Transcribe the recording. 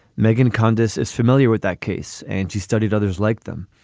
meghan candace is familiar with that case and she studied others like them.